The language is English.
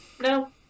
No